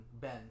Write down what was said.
Ben